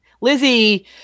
Lizzie